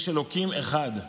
יש אלוקים אחד.